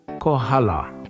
Kohala